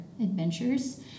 adventures